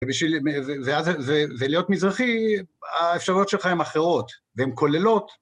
ולהיות מזרחי האפשרויות שלך הן אחרות והן כוללות.